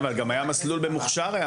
גם היה מסלול במוכש"ר.